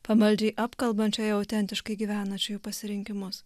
pamaldžiai apkalbančioje autentiškai gyvenančiųjų pasirinkimus